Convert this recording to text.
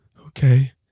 Okay